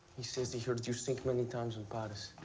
he says he heard you sing many times in paris.